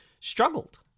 Struggled